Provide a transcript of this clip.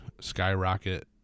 skyrocket